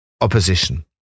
opposition